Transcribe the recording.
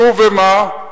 נו, ומה?